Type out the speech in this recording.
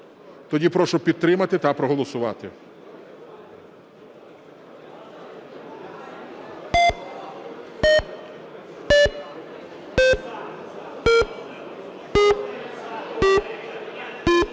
Тоді прошу підтримати та проголосувати.